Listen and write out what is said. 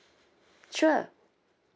sure